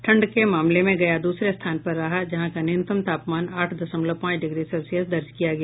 ठंड के मामले में गया द्रसरे स्थान पर रहा जहां का न्यूनतम तापमान आठ दशमलव पांच डिग्री सेल्सियस दर्ज किया गया